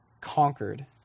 conquered